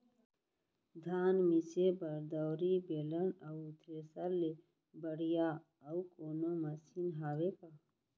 धान मिसे बर दउरी, बेलन अऊ थ्रेसर ले बढ़िया अऊ कोनो मशीन हावे का?